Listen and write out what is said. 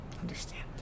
understand